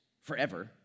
forever